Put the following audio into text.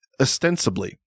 ostensibly